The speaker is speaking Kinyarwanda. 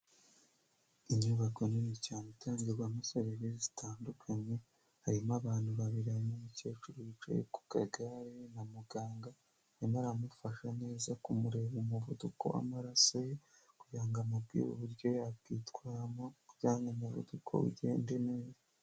Inyubako nini cyane itangirwagamo serivisi zitandukanye, harimo abantu babiri umukecuru wibicaye ku kagare na muganga, arimo aramufasha neza kumureba umuvuduko w'amaraso ye, kugira ngo amubwire uburyo yakwitwaramo kugira ngo umuvuduko we ugende neza.